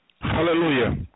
Hallelujah